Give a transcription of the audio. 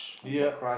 yep